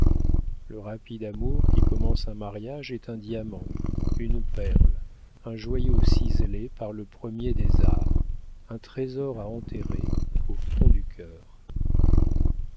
le rapide amour qui commence un mariage est un diamant une perle un joyau ciselé par le premier des arts un trésor à enterrer au fond du cœur